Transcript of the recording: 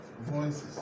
voices